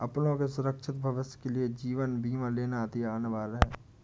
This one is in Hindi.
अपनों के सुरक्षित भविष्य के लिए जीवन बीमा लेना अति अनिवार्य है